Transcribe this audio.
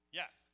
yes